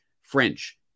French